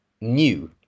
new